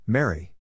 Mary